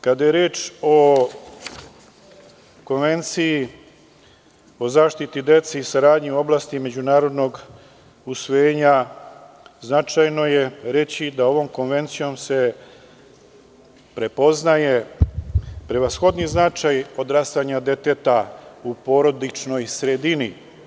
Kada je reč o konvenciji o zaštiti dece i o saradnji u oblasti međunarodnog usvojenja, značajno je reći da se ovom konvencijom prepoznaje prevashodni značaj odrastanja deteta u porodičnoj sredini.